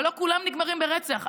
אבל לא כולם נגמרים ברצח,